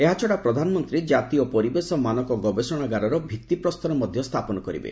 ଏହାଛଡ଼ା ପ୍ରଧାନମନ୍ତ୍ରୀ କାତୀୟ ପରିବେଶ ମାନକ ଗବେଷଣାଗାରର ଭିତ୍ତି ପ୍ରସ୍ତର ମଧ୍ୟ ସ୍ଥାପନ କରିବେ